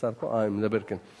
השר פה, אה, מדבר, כן.